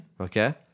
Okay